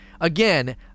Again